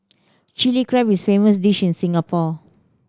Chilli Crab is famous dish in Singapore